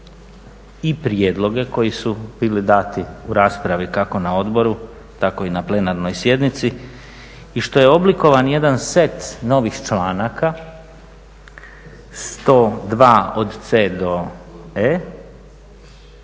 i prijedloge koji su bili dati u raspravi, kako na odboru tako i na plenarnoj sjednici i što je oblikovan jedan set novih članaka, 102 od c) do e)